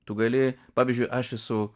tu gali pavyzdžiui aš esu